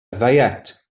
ddiet